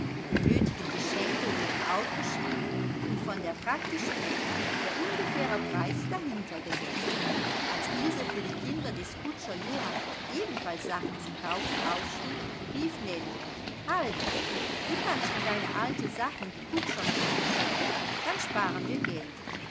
die nötigen geschenke wurden aufgeschrieben und von der praktischen nellie der ungefähre preis dahinter gesetzt als ilse für die kinder des kutscher johann ebenfalls sachen zu kaufen aufschrieb rief nellie halt du kannst von deine alte sachen die kutschermädchen schenken dann sparen wir geld